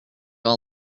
all